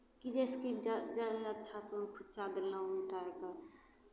की जैसेकि जा जा जादे अच्छासँ ओहिमे फुच्चा देलहुँ